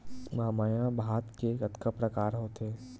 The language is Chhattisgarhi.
महमाया भात के कतका प्रकार होथे?